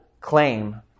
claim